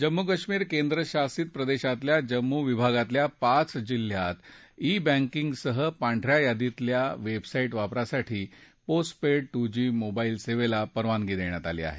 जम्मू कश्मीर केंद्रशासित प्रदेशातल्या जम्मू विभागातल्या पाच जिल्ह्यात ई बँकिंगसह पांढ या यादीतल्या वेबसाईट वापरासाठी post paid two G mobile सेवेला परवानगी देण्यात आली आहे